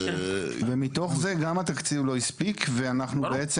מתוך זה גם התקציב לא הספיק ואנחנו בעצם